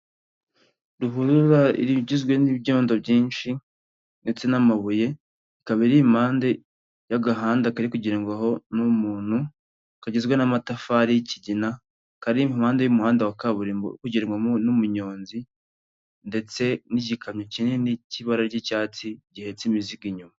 Ruhurura igizwe n'ibyondo byinshi ndetse n'amabuye, ikaba iri impande y'agahanda kari kugendwaho n'umuntu, kagizwe n'amatafari y'ikigina, kari impande y'umuhanda wa kaburimbo urikugendwamo n'umunyonzi ndetse n'igikamyo kinini cy'ibara ry'icyatsi gihetse imizigo inyuma.